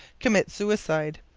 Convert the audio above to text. commit suicide.